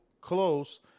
close